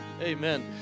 Amen